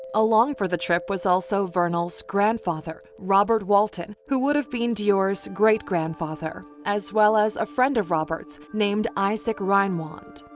along for the trip was also vernal's grandfather, robert walton, who would have been deorr's great-grandfather, as well as friend of robert's named isaac reinwand.